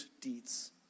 deeds